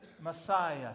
Messiah